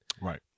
Right